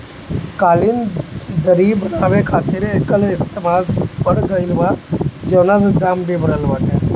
कालीन, दर्री बनावे खातिर एकर इस्तेमाल बढ़ गइल बा, जवना से दाम भी बढ़ल बाटे